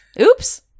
Oops